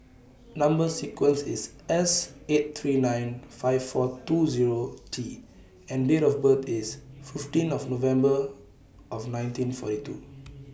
Number sequence IS S eight three nine five four two Zero T and Date of birth IS fifteen November nineteen forty two